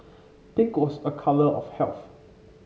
pink was a colour of health